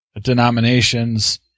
denominations